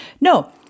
No